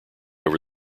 over